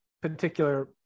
particular